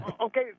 Okay